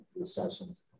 Recessions